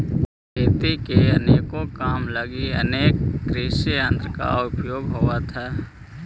खेती के अनेको काम लगी अनेक कृषियंत्र के प्रयोग होवऽ हई